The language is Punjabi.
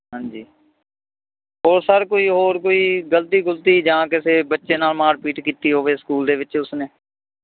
ਹਾਂਜੀ ਹੋਰ ਸਰ ਕੋਈ ਹੋਰ ਕੋਈ ਗ਼ਲਤੀ ਗੁਲਤੀ ਜਾਂ ਕਿਸੇ ਬੱਚੇ ਨਾਲ਼ ਮਾਰ ਪੀਟ ਕੀਤੀ ਹੋਵੇ ਸਕੂਲ ਦੇ ਵਿੱਚ ਉਸ ਨੇ